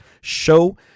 show